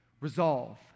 Resolve